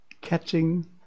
catching